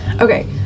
Okay